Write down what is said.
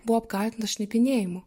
buvo apkaltinta šnipinėjimu